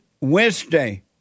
Wednesday